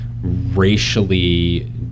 racially